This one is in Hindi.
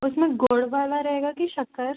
उसमें गुड़ वाला रहेगा कि शक्कर